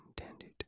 intended